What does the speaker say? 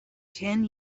ten